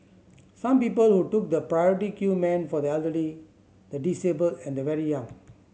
some people who took the priority queue meant for the elderly the disabled and the very young